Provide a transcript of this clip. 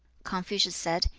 confucius said,